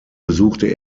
besuchte